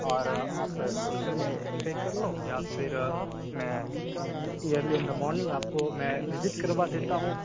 اور آپ ہوٹل میں اسٹے کر لو یا پھر میں ایئرلی ان دا مارننگ آپ کو میں وزٹ کروا دیتا ہوں